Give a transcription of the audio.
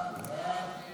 1 2